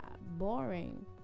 boring